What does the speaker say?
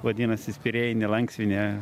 vadinasi spirėjinė lanksvinė